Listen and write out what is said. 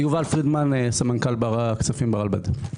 סמנכ"ל כספים ברלב"ד.